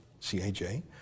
CAJ